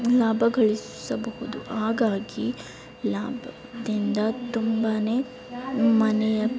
ಲಾಭ ಗಳಿಸಬಹುದು ಹಾಗಾಗಿ ಲಾಭದಿಂದ ತುಂಬನೇ ಮನೆಯ